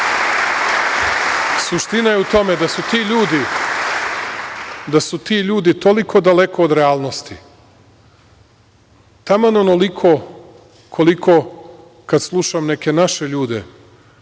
je u tome da su ti ljudi toliko daleko od realnosti, taman onoliko koliko kada slušam neke naše ljude